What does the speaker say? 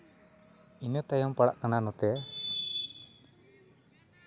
ᱤᱱᱟᱹ ᱛᱟᱭᱚᱢ ᱯᱟᱲᱟᱜ ᱠᱟᱱᱟ ᱱᱚᱛᱮ